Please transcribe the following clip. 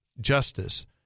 justice